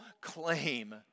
claim